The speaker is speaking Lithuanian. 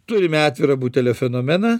turime atvirą butelio fenomeną